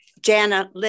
Jana